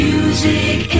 Music